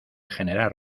generar